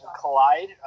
collide